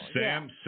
Sam